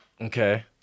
Okay